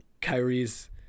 Kyrie's